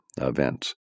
events